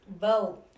Vote